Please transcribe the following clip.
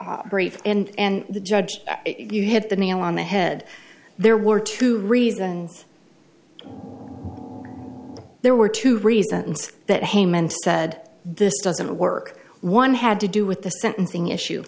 operate and the judge you hit the nail on the head there were two reasons there were two reasons that haman said this doesn't work one had to do with the sentencing issue